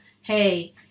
hey